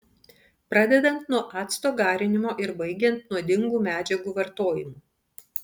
pradedant nuo acto garinimo ir baigiant nuodingų medžiagų vartojimu